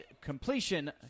completion